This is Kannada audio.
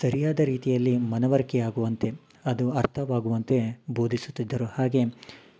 ಸರಿಯಾದ ರೀತಿಯಲ್ಲಿ ಮನವರಿಕೆ ಆಗುವಂತೆ ಅದು ಅರ್ಥವಾಗುವಂತೆ ಬೋಧಿಸುತ್ತಿದ್ದರು ಹಾಗೆ